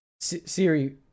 Siri